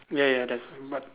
ya ya there's but